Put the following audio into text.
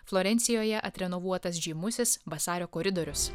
florencijoje atrenovuotas žymusis vasario koridorius